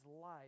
life